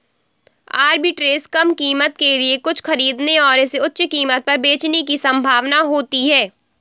arbitrage कम कीमत के लिए कुछ खरीदने और इसे उच्च कीमत पर बेचने की संभावना होती है